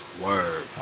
word